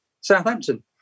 Southampton